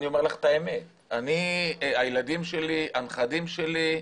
אני אומר לך את האמת, הילדים שלי, הנכדים שלי,